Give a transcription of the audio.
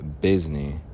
Disney